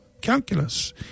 calculus